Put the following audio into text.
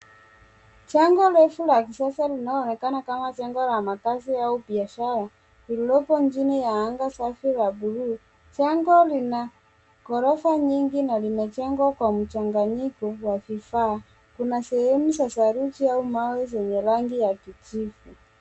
Jengo refu la kisasa linaloonekana kama jengo la makaazi au biashara lililopo chini ya anga safi la buluu. jengo lina ghorofa nyingi na limejengwa kwa mchanganyiko wa vifaa. Kuna sehemu za saruji au mawe zenye rangi ya kijivu.